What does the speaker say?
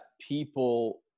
people